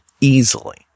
easily